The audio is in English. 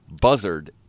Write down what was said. buzzard